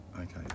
Okay